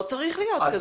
לא צריך להיות.